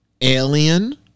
Alien